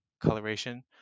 coloration